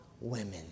women